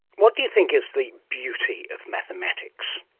what do you think is the beauty of mathematics?